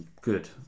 Good